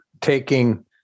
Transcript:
taking –